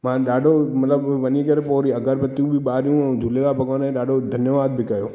मां ॾाढो मतिलबु वञी करे पोइ वरी अगरबत्तियूं ॿारियूं झूलेलाल भॻवान खे ॾाढो धन्यवाद बि कयो